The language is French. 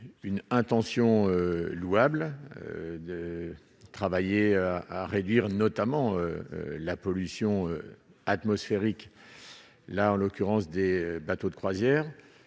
une intention louable de travailler à réduire notamment la pollution atmosphérique, là en l'occurrence des bateaux de croisière